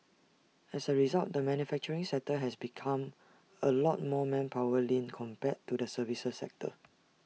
as A result the manufacturing sector has become A lot more manpower lean compared to the services sector